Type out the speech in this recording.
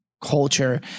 culture